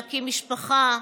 להקים משפחה.